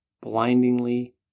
blindingly